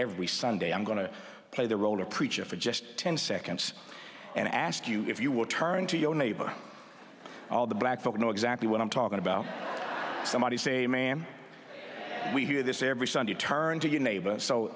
every sunday i'm going to play the role of preacher for just ten seconds and ask you if you would turn to your neighbor all the black folks know exactly what i'm talking about somebody say ma'am we hear this every sunday turned to your neighbor so